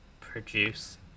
produce